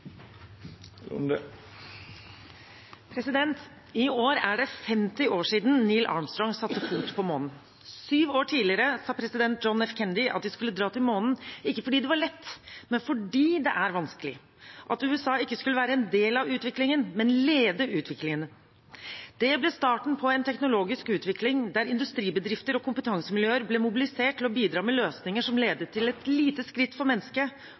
president John F. Kennedy at de skulle dra til månen – ikke fordi det var lett, men fordi det var vanskelig. USA skulle ikke være en del av utviklingen, men lede utviklingen. Det ble starten på en teknologisk utvikling der industribedrifter og kompetansemiljøer ble mobilisert til å bidra med løsninger som ledet til et lite skritt for mennesket